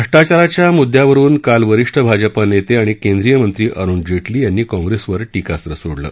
भष्ट्राचाराच्या मुद्यावरुन काल वरिष्ठ भाजपा नेते आणि केंद्रीय मंत्री अरुण जेटली यांनी काँग्रेसवर टीकास्त्र सोडलं